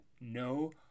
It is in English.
no